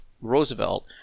Roosevelt